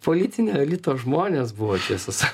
politinio elito žmonės buvo tiesą sakant